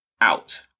out